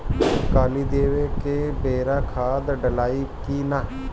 कली देवे के बेरा खाद डालाई कि न?